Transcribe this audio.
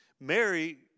Mary